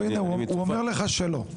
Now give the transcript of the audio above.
הוא אומר לך שלא.